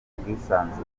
ubwisanzure